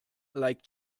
like